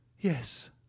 Yes